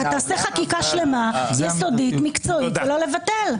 תעשה חקיקה שלמה, יסודית, מקצועית, ולא לבטל.